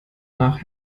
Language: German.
nach